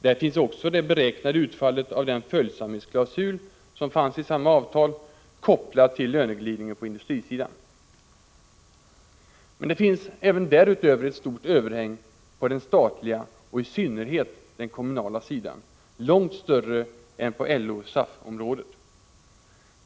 Där finns också det beräknade utfallet av den följsamhets Det finns emellertid även därutöver ett stort överhäng på den statliga och i synnerhet på den kommunala sidan, långt större än på LO/SAF-området.